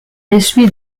essuie